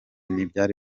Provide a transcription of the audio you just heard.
ntibyari